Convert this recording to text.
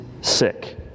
sick